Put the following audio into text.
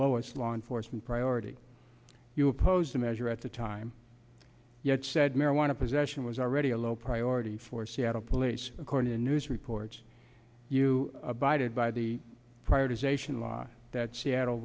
lowest law enforcement priority you opposed to measure at the time you had said marijuana possession was already a low priority for seattle police according to news reports you abided by the prior to sation law that seattle